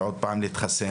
ועוד פעם להתחסן.